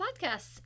podcasts